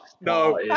No